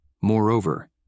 Moreover